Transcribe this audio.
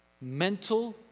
mental